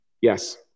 Yes